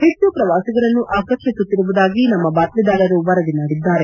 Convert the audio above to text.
ಹೆಚ್ಚು ಪ್ರವಾಸಿಗರನ್ನು ಆಕರ್ಷಿಸುತ್ತಿರುವುದಾಗಿ ನಮ್ಮ ಬಾತ್ತಿದಾರರು ವರದಿ ಮಾಡಿದ್ದಾರೆ